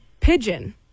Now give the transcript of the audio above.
Pigeon